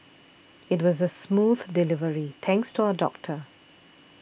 it was a smooth delivery thanks to our doctor